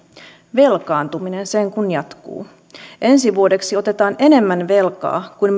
velkaantuminen sen kun jatkuu ensi vuodeksi otetaan enemmän velkaa kuin